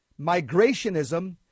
migrationism